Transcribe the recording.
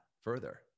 further